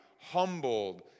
humbled